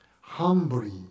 humbly